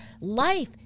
Life